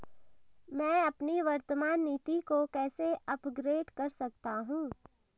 मैं अपनी वर्तमान नीति को कैसे अपग्रेड कर सकता हूँ?